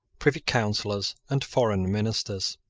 privy councillors, and foreign ministers.